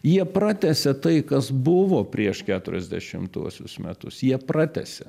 jie pratęsia tai kas buvo prieš keturiasdešimtuosius metus jie pratęsia